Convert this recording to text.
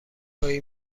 هایی